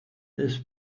this